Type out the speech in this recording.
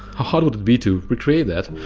hard would it be to recreate that?